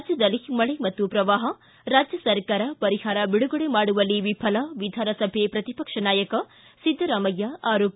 ರಾಜ್ವದಲ್ಲಿ ಮಳೆ ಮತ್ತು ಶ್ರವಾಹ ರಾಜ್ವ ಸರ್ಕಾರ ಪರಿಹಾರ ಬಿಡುಗಡೆ ಮಾಡುವಲ್ಲಿ ವಿಫಲ ವಿಧಾನಸಭೆ ಪ್ರತಿಪಕ್ಷ ನಾಯಕ ಸಿದ್ದರಾಮಯ್ಲ ಆರೋಪ